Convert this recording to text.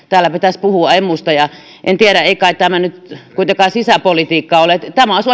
täällä pitäisi puhua emusta en tiedä ei kai tämä nyt kuitenkaan sisäpolitiikkaa ole tämä olisi